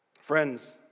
Friends